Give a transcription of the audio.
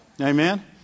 Amen